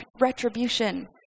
retribution